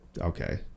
okay